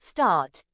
Start